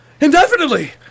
indefinitely